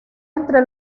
entre